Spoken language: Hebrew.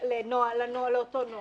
לאותו נוהל.